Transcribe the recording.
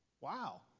Wow